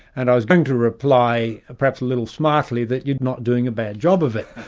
and i was going to reply perhaps a little smartly, that you're not doing a bad job of it.